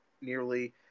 nearly